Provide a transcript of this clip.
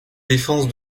défense